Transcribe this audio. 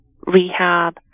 rehab